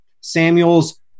Samuels –